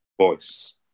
voice